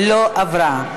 נתקבלה.